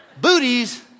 Booties